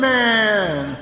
Man